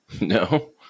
No